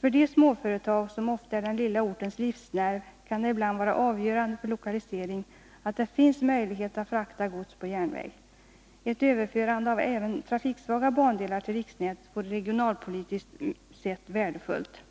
För småföretagen, som ofta är den lilla ortens livsnerv, kan det ibland vara avgörande för lokaliseringen att det finns möjlighet att frakta gods på järnväg. Ett överförande av även trafiksvaga bandelar till riksnätet vore regionalpolitiskt sett värdefullt.